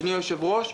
אדוני היושב-ראש,